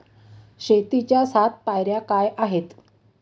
शेतीच्या सात पायऱ्या काय आहेत?